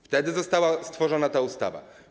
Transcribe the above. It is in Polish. Wtedy została stworzona ta ustawa.